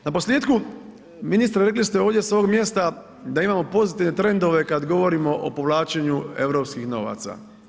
Naposljetku, ministre rekli ste ovdje s ovog mjesta da imamo pozitivne trendove kad govorimo o povlačenju europskih novaca.